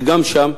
וגם שם,